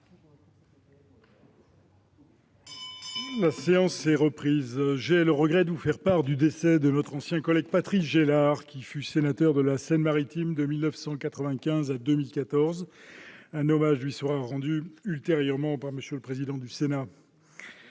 La séance est reprise. J'ai le regret de vous faire part du décès de notre ancien collègue Patrice Gélard, qui fut sénateur de la Seine-Maritime de 1995 à 2014. Un hommage lui sera rendu ultérieurement par M. le président du Sénat.